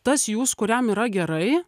tas jūs kuriam yra gerai